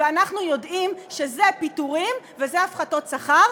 ואנחנו יודעים שזה פיטורין וזה הפחתות שכר,